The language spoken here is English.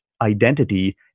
identity